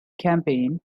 campaign